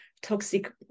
toxic